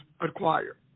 acquire